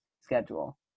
schedule